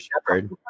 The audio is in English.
shepherd